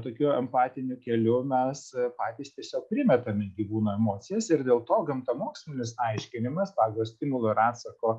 tokiu empatiniu keliu mes patys tiesiog primetam gyvūnam emocijas ir dėl to gamtamokslinis aiškinimas pagal stimulo ir atsako